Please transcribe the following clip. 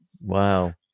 Wow